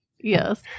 Yes